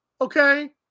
okay